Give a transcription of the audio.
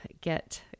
get